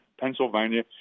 Pennsylvania